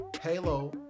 Halo